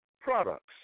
products